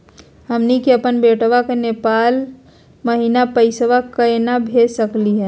हमनी के अपन बेटवा क नेपाल महिना पैसवा केना भेज सकली हे?